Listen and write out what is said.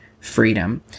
freedom